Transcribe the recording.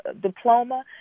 diploma